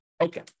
Okay